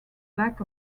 lack